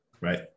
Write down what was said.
right